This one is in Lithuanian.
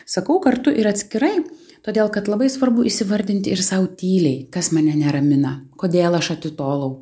sakau kartu ir atskirai todėl kad labai svarbu įsivardinti ir sau tyliai kas mane neramina kodėl aš atitolau